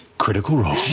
critical role.